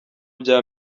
bya